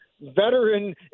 veteran